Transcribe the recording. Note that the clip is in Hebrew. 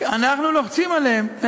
אנחנו לוחצים עליהם.